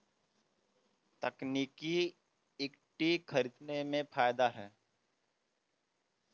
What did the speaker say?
तकनीकी इक्विटी खरीदने में फ़ायदा है